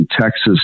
Texas